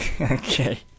Okay